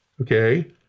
Okay